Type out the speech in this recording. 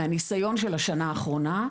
מהניסיון של השנה האחרונה,